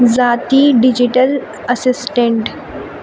ذاتی digital assistant